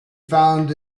found